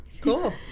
Cool